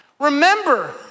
Remember